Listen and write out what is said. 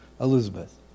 Elizabeth